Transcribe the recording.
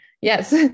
Yes